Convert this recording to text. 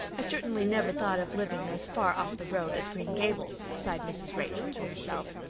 i certainly never thought of living as far off the road as green gables, sighed mrs. rachel to herself.